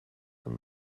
voor